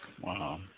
Wow